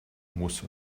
muss